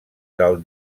del